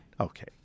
Okay